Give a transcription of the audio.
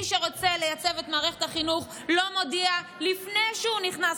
מי שרוצה לייצב את מערכת החינוך לא מודיע לפני שהוא נכנס